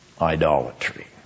Idolatry